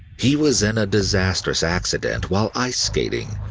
he was in a disastrous accident while ice skating.